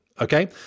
Okay